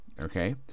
Okay